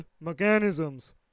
mechanisms